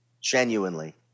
Genuinely